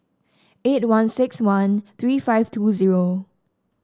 eight one six one three five two zero